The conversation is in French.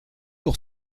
pour